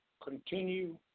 Continue